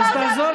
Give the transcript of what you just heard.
המסגרת של,